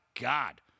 God